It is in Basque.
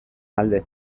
alde